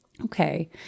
okay